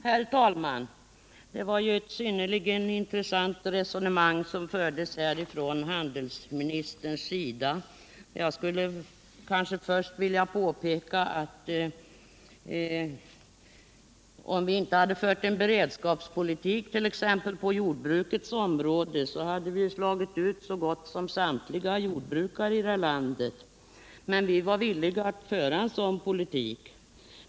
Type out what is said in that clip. Herr talman! Det var ett synnerligen intressant resonemang som handelsministern förde. Jag skulle först vilja påpeka att om vi inte fört en beredskapspolitik på exempelvis jordbrukets område, hade vi slagit ut så gott som samtliga jordbrukare här i landet. Men vi var villiga att föra en sådan politik.